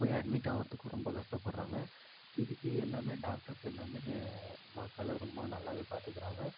போய் அட்மிட் ஆகுறத்துக்கும் ரொம்ப கஷ்டப்படுறாங்க சிகிச்சை எல்லாமே டாக்டர்ஸ் எல்லாமே மக்களை ரொம்ப நல்லாவே பார்த்துக்கிறாங்க